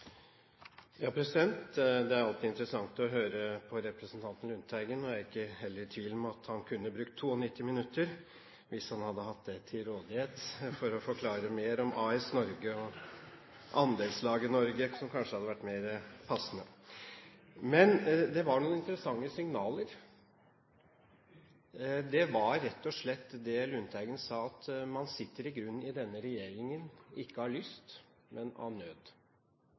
er heller ikke i tvil om at han kunne ha brukt 92 minutter, hvis han hadde hatt det til rådighet for å forklare mer om «AS Norge» – eller kanskje «Andelslaget Norge» hadde vært mer passende. Men det var noen interessante signaler. Det var rett og slett det Lundteigen sa om at man sitter i grunnen i denne regjeringen ikke av lyst, men av nød.